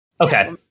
Okay